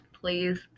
please